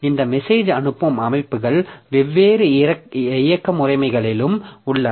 இந்த மெசேஜ் அனுப்பும் அமைப்புகள் வெவ்வேறு இயக்க முறைமைகளிலும் உள்ளன